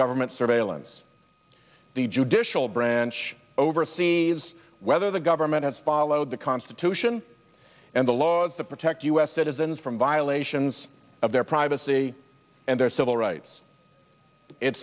government surveillance the judicial branch oversees whether the government has followed the constitution and the laws that protect u s citizens from violations of their privacy and their civil rights it